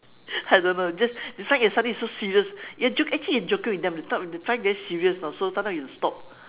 I don't know just that's why they get suddenly so serious your joke actually you are joking with them but they thought they find very serious so sometimes you stop